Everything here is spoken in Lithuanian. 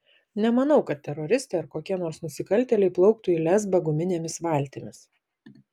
nemanau kad teroristai ar kokie nors nusikaltėliai plauktų į lesbą guminėmis valtimis